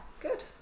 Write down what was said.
good